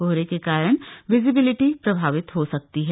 कोहरे के कारण विजिबिलिटी प्रभावित हो सकती है